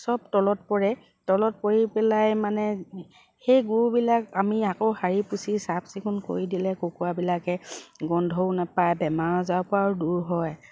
চব তলত পৰে তলত পৰি পেলাই মানে সেই গুবিলাক আমি আকৌ সাৰি পুচি চাফ চিকুণ কৰি দিলে কুকুৰাবিলাকে গন্ধও নেপায় বেমাৰ আজাৰৰ পৰাও দূৰ হয়